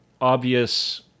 obvious